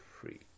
free